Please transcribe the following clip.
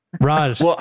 Raj